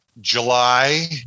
July